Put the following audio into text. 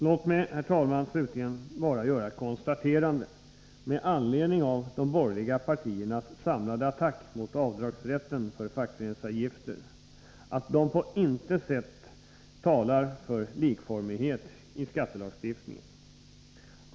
Låt mig, herr talman, bara slutligen göra ett konstaterande med anledning av de borgerliga partiernas samlade attack mot avdragsrätten för fackföreningsavgifter. Det talar på intet sätt för likformighet i skattelagstiftningen.